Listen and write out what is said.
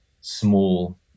small